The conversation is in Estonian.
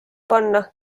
panna